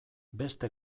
beste